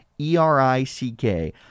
E-R-I-C-K